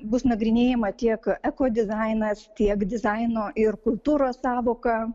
bus nagrinėjama tiek eko dizainas tiek dizaino ir kultūros sąvoka